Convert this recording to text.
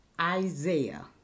Isaiah